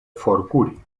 forkuri